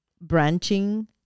branching